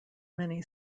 many